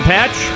Patch